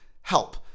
help